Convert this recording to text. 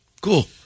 cool